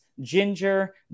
ginger